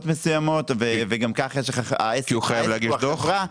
מסוימות וגם ככה העסק --- כי הוא חייב להגיש דוח?